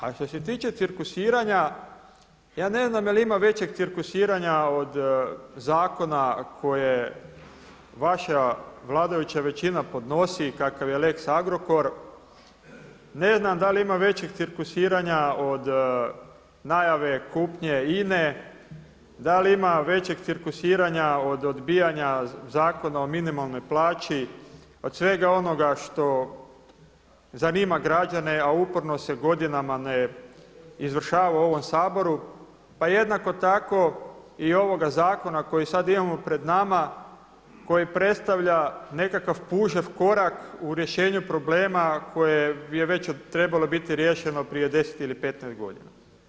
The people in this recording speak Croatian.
A što se tiče cirkusiranja, ja ne znam jel ima većeg cirkusiranja od zakona koje vaša vladajuća većina podnosi kakav je lex Agrokor, ne znam da li ima većeg cirkusiranja od najave kupnje INA-e, da li ima većeg cirkusiranja od odbijanja zakona o minimalnoj plaći od svega onoga što zanima građane, a uporno se godinama ne izvršava u ovom Saboru, pa jednak tako i ovoga zakona koji sada imamo pred nama koji predstavlja nekakva pužev korak u rješenju problema koje je već trebalo biti riješeno prije 10 ili 15 godina.